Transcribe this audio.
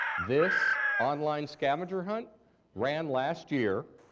this online scavenger hunt ran last year,